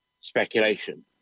speculation